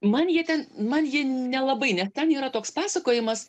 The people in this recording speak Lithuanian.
man jie ten man jie nelabai nes ten yra toks pasakojimas